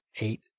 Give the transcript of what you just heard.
eight